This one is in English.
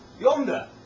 Yonder